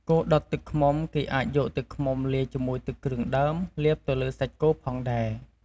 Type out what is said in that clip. គោដុតទឹកឃ្មុំ គេអាចយកទឹកឃ្មុំលាយជាមួយទឹកគ្រឿងដើម លាបទៅសាច់គោផងដែរ។